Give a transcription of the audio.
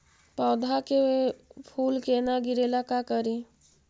पौधा के फुल के न गिरे ला का करि?